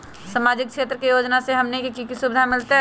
सामाजिक क्षेत्र के योजना से हमनी के की सुविधा मिलतै?